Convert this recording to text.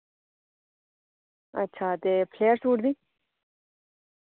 अच्छा ते flare suit दी